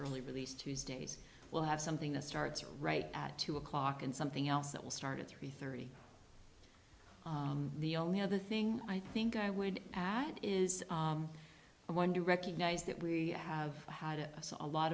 early release tuesdays we'll have something that starts right at two o'clock and something else that will start at three thirty the only other thing i think i would add is i wonder recognize that we have had a a lot